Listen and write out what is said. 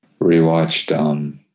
Rewatched